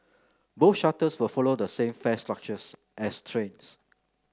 both shuttles will follow the same fare structure as trains